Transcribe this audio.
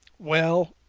well,